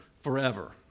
forever